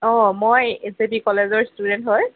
অ মই জেবি কলেজৰ ষ্টুডেণ্ট হয়